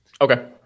Okay